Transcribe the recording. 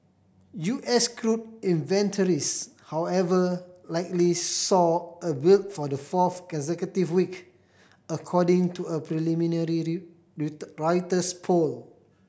U S crude inventories however likely saw a build for the fourth consecutive week according to a preliminary Reuters poll